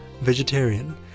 vegetarian